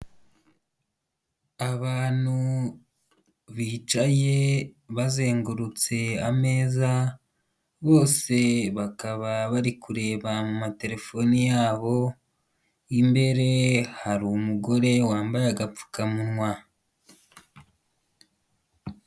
Abantu bicaye bazengurutse ameza, bose bakaba bari kureba materefone yabo , Imbere hari umugore wambaye agapfukamunwa.